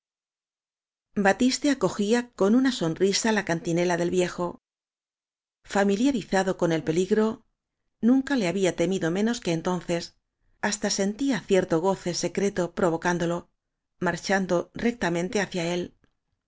batiste acogía con una sonrisa la cantinela del viejo familiarizado con el peligro nunca le ha bía temido menos que entonces hasta sentía cierto goce secreto provocándolo marchando rectamente hacia él